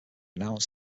announced